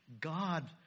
God